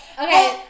Okay